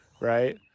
right